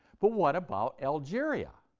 but what about algeria?